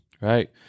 Right